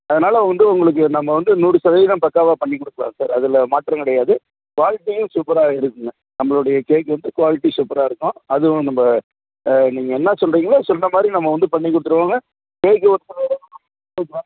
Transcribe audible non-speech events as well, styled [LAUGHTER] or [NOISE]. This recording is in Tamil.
அதனால் வந்து உங்களுக்கு நம்ம வந்து நூறு சதவீதம் பக்காவாக பண்ணிக் கொடுக்கலாம் சார் அதில் மாற்றம் கிடையாது குவாலிட்டியும் சூப்பராக இருக்குங்க நம்மளுடைய கேக்கு வந்து குவாலிட்டி சூப்பராக இருக்கும் அதுவும் நம்ம நீங்கள் என்ன சொல்கிறீங்களோ சொன்ன மாதிரி நம்ம வந்து பண்ணிக் கொடுத்துருவோங்க கேக்கு [UNINTELLIGIBLE]